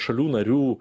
šalių narių